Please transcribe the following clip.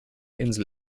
insel